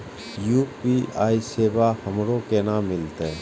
UPI सेवा हमरो केना मिलते?